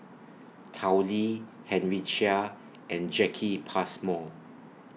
Tao Li Henry Chia and Jacki Passmore